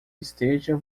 esteja